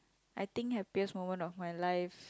I think happiest moment of my life